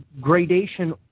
gradation